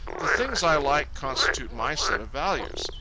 the things i like constitute my set of values.